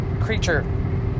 creature